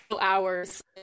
hours